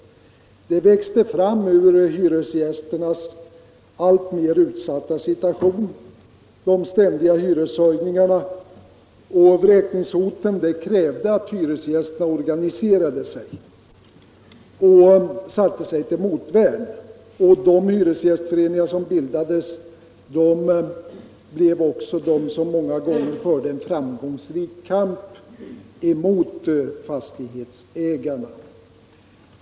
Rörelsen växte fram ur hyresgästernas alltmer utsatta situation. De ständiga hyreshöjningarna och vräkningshoten krävde att hyresgästerna organiserade sig och satte sig till motvärn. De hyresgästföreningar som bildades förde en många gånger framgångsrik kamp mot fastighetsägarna.